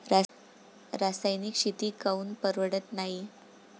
रासायनिक शेती काऊन परवडत नाई?